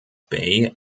bay